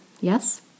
yes